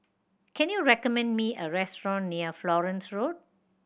can you recommend me a restaurant near Florence Road